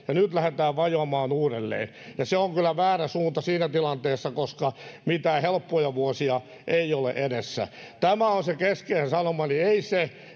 ja nyt lähdetään vajoamaan uudelleen se on kyllä väärä suunta siinä tilanteessa koska mitään helppoja vuosia ei ole edessä tämä on se keskeinen sanomani ei se